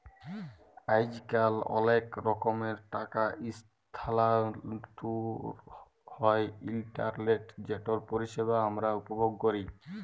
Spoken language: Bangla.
আইজকাল অলেক রকমের টাকা ইসথালাল্তর হ্যয় ইলটারলেটে যেটর পরিষেবা আমরা উপভোগ ক্যরি